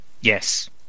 Yes